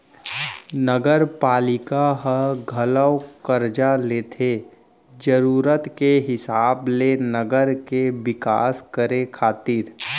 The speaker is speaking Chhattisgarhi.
नगरपालिका ह घलोक करजा लेथे जरुरत के हिसाब ले नगर के बिकास करे खातिर